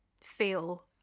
feel